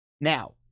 Now